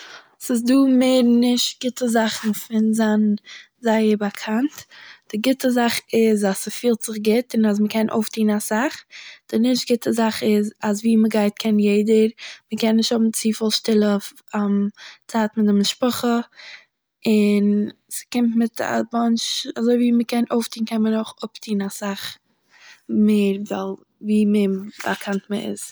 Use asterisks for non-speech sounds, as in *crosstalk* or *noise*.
ס'איז דא מער נישט גוטע זאכן פון זיין זייער באקאנט; די גוטע זאך איז אז ס'פילט זיך גוט און אז מ'קען אויפטוהן אסאך. די נישט גוטע זאך איז אז וואו מ'גייט קען יעדער, מ'קען נישט האבן צופיל שטילע *hesitation* צייטן מיט די משפחה און, ס'קומט מיט א באנטש אזויווי מ'קען אויפטוהן קען מען אויך אפטוהן אסאך מער ווייל ווי באקאנט מ'איז